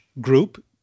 group